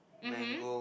mmhmm